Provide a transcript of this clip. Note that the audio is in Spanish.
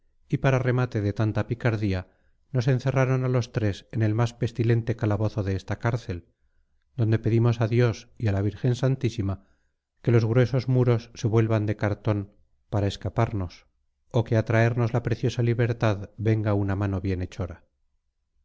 y para remate de tanta picardía nos encerraron a los tres en el más pestilente calabozo de esta cárcel donde pedimos a dios y a la virgen santísima que los gruesos muros se vuelvan de cartón para escaparnos o que a traernos la preciosa libertad venga una mano bienhechora pero